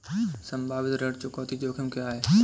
संभावित ऋण चुकौती जोखिम क्या हैं?